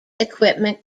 equipment